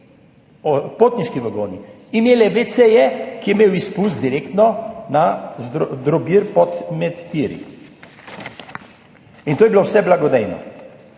potniški vagoni vsaj 100 let WC, ki je imel izpust direktno na drobir med tiri. In to je bilo vse blagodejno.